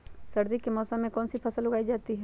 सर्दी के मौसम में कौन सी फसल उगाई जाती है?